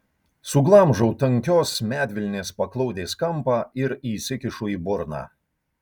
suglamžau tankios medvilnės paklodės kampą ir įsikišu į burną